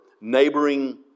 neighboring